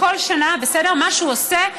בכל שנה, תודה רבה.